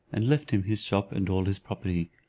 and left him his shop and all his property,